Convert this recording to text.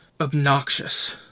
obnoxious